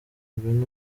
ngwino